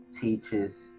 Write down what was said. teaches